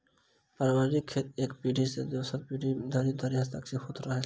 पारिवारिक खेत एक पीढ़ी सॅ दोसर पीढ़ी धरि हस्तांतरित होइत रहैत छै